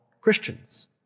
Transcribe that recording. Christians